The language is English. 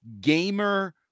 gamer